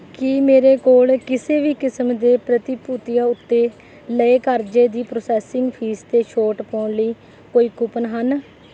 ਕੀ ਮੇਰੇ ਕੋਲ ਕਿਸੇ ਵੀ ਕਿਸਮ ਦੇ ਪ੍ਰਤੀਭੂਤੀਆਂ ਉੱਤੇ ਲਏ ਕਰਜ਼ੇ ਦੀ ਪ੍ਰੋਸੈਸਿੰਗ ਫ਼ੀਸ 'ਤੇ ਛੋਟ ਪਾਉਣ ਲਈ ਕੋਈ ਕੂਪਨ ਹਨ